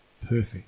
perfect